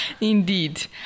indeed